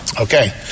Okay